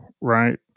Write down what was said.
right